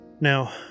Now